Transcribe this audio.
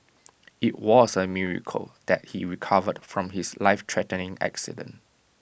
IT was A miracle that he recovered from his lifethreatening accident